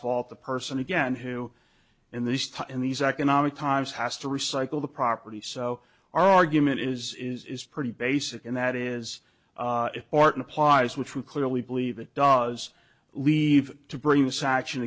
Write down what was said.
fault the person again who in the east in these economic times has to recycle the property so our argument is is is pretty basic and that is if orton applies which you clearly believe it does leave to bring this action